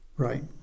Right